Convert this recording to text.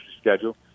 schedule